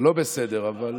זה לא בסדר, אבל